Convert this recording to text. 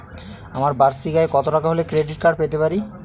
আমার বার্ষিক আয় কত টাকা হলে ক্রেডিট কার্ড পেতে পারি?